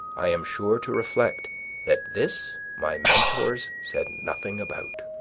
i am sure to reflect that this my mentors said nothing about.